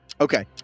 Okay